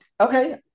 okay